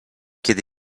kiedy